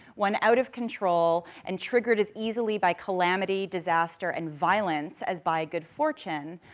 one out of control, and triggered as easily by calamity, disaster, and violence, as by a good fortune,